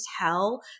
tell